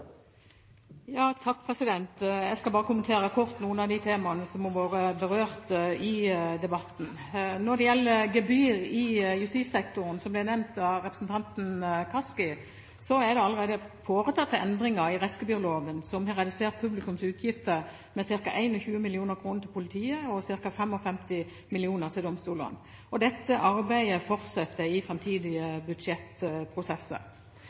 har vært berørt i debatten. Når det gjelder gebyr i justissektoren, som ble nevnt av representanten Kaski, er det allerede foretatt endringer i rettsgebyrloven som har redusert publikums utgifter med ca. 21 mill. kr til politiet og ca. 55 mill. kr til domstolene. Dette arbeidet fortsetter i